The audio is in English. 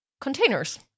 containers